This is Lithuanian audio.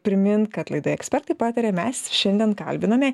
primint kad laidoje ekspertai pataria mes šiandien kalbinome